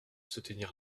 soutenir